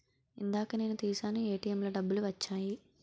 ఇందాక నేను తీశాను ఏటీఎంలో డబ్బులు వచ్చాయి